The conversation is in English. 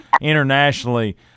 internationally